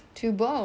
to both